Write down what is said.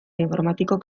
informatikok